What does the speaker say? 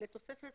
לתוספת